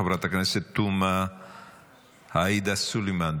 חברת הכנסת תומא עאידה סלימאן,